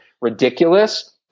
ridiculous